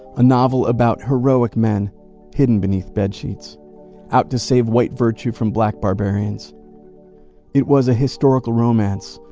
a novel about heroic men hidden beneath bedsheets out to save white virtue from black barbarians it was a historical romance.